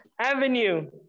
Avenue